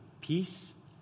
peace